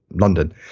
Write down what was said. London